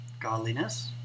godliness